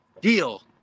deal